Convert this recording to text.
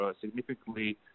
significantly